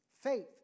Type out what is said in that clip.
faith